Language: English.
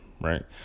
right